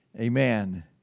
Amen